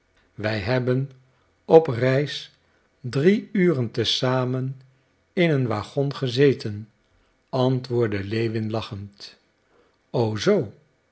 wij hebben op reis drie uren te zamen in een waggon gezeten antwoordde lewin lachend o zoo